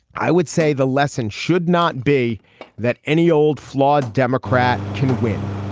i would say the lesson should not be that any old flawed democrat can win.